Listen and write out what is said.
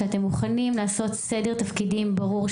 שאתם מוכנים לעשות סדר תפקידים ברור,